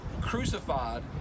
crucified